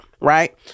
Right